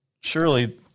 surely